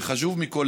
וחשוב מכול,